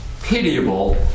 pitiable